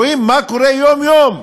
רואים מה קורה יום-יום,